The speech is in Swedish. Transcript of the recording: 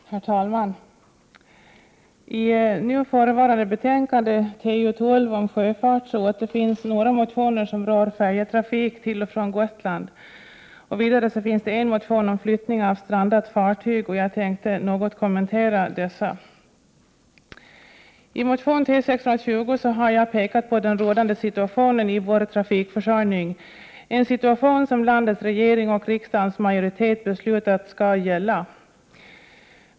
Herr talman! I nu förevarande betänkande, TU12 om sjöfart, behandlas några motioner som rör färjetrafik till och från Gotland, och en motion om flyttning av strandat fartyg. Jag tänkte något kommentera dessa motioner. I motion T620 har jag pekat på den rådande situationen när det gäller vår trafikförsörjning, en situation som enligt vad landets regering och riksdagens majoritet beslutat skall gälla.